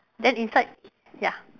then inside ya